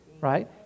Right